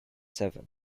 seven